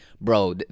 bro